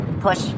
push